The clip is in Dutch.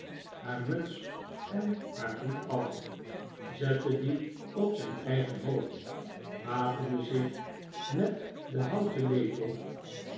haar muts en haar hoed af zette die op zijn eigen hoofd wapende zich met den houten lepel